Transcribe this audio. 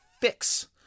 fix